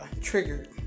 triggered